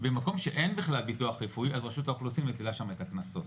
במקום שאין בכלל ביטוח רפואי אז רשות האוכלוסין מטילה שם את הקנסות.